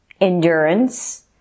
endurance